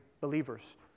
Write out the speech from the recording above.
believers